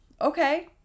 okay